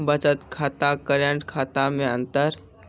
बचत खाता करेंट खाता मे अंतर?